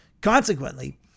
Consequently